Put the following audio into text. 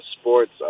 sports